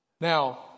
Now